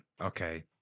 Okay